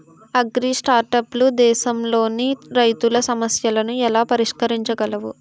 అగ్రిస్టార్టప్లు దేశంలోని రైతుల సమస్యలను ఎలా పరిష్కరించగలవు?